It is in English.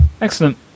Excellent